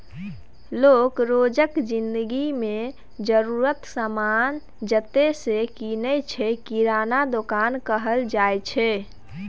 लोक रोजक जिनगी मे जरुरतक समान जतय सँ कीनय छै किराना दोकान कहल जाइ छै